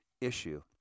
issue